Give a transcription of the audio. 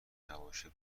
نباشه